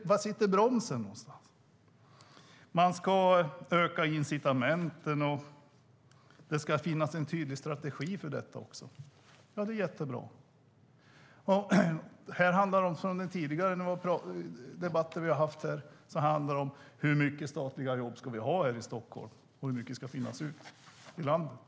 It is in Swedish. Var sitter bromsen? Man ska öka incitamenten och det ska finnas en tydlig strategi. Javisst, det är jättebra. Det handlar också om hur många statliga jobb vi ska ha i Stockholm och hur många som ska finnas ute i landet.